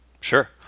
Sure